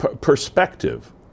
perspective